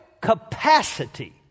capacity